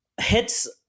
hits